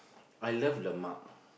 I love lemak